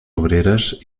obreres